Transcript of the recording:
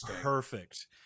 perfect